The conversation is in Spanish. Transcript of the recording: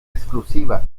exclusiva